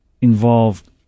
involved